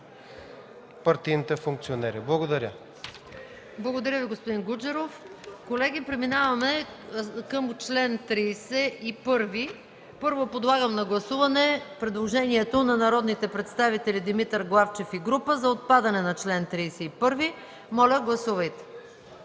ПРЕДСЕДАТЕЛ МАЯ МАНОЛОВА: Благодаря Ви, господин Гуджеров. Колеги, преминаваме към чл. 31. Първо подлагам на гласуване предложението на народните представители Димитър Главчев и група за отпадане на чл. 31. Моля, гласувайте.